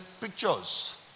pictures